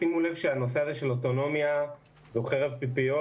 שימו לב שהנושא הזה של אוטונומיה הוא חרב פיפיות.